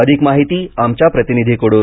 अधिक माहिती आमच्या प्रतिनिधीकडून